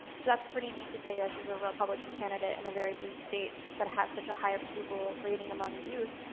so that's pretty neat to say. this is a republican candidate in a very blue state that has such a high approval rating among youth.